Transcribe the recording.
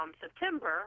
September